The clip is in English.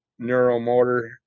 neuromotor